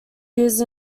used